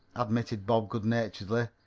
admitted bob, good-naturedly.